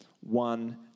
one